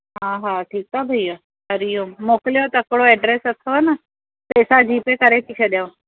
हा हा ठीकु आहे भैया हरी ओम मोकिलियो तकिड़ो एड्रेस अथव न पैसा जी पे करे थी छॾियांव